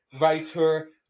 writer